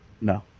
No